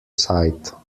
site